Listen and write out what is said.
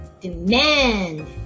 Demand